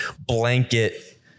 blanket